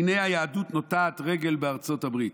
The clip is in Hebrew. הינה היהדות נוטעת רגל בארצות הברית.